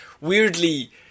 weirdly